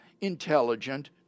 intelligent